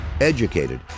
Educated